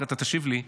אחר כך תשיב לי,